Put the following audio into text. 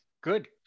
Good